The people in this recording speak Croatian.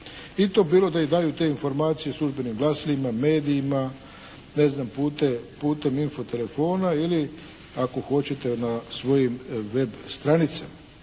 i to bilo da i daju te informacije službenim glasilima, medijima, ne znam putem info telefona ili ako hoćete na svojim web stranicama.